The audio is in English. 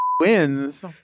Wins